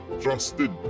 trusted